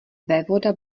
vévoda